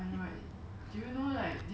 it's just die but a painful death